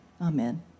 Amen